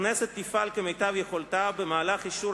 הכנסת תפעל כמיטב יכולתה במהלך אישור